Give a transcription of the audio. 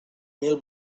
mil